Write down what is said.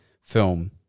film